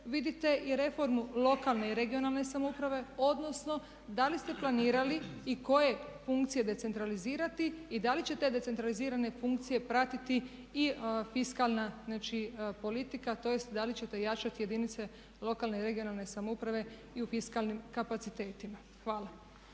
vidite i reformu lokalne i regionalne samouprave, odnosno da li ste planirali i koje funkcije decentralizirati i da li će te decentralizirane funkcije pratiti i fiskalna politika tj. da li ćete jačati jedinice lokalne i regionalne samouprave i u fiskalnim kapacitetima. Hvala.